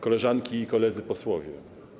Koleżanki i Koledzy Posłowie!